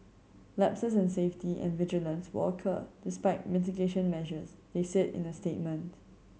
lapses in safety and vigilance will occur despite mitigation measures they said in a statement